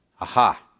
aha